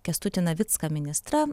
kęstutį navicką ministrą